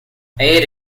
ate